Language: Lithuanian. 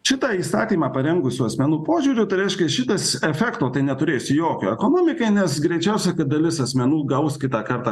šitą įsakymą parengusių asmenų požiūriu tai reiškia šitas efekto tai neturės jokio ekonomikai nes greičiausia kad dalis asmenų gaus kitą kartą